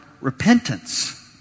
repentance